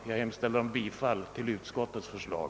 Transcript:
Jag yrkar bifall till utskottets hemställan.